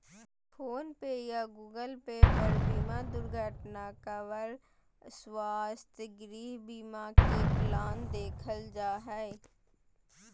phone पे या Google Pay पर बीमा दुर्घटना कवर, स्वास्थ्य, गृह बीमा के प्लान देखल जा हय